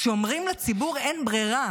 כשאומרים לציבור: אין ברירה,